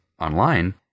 online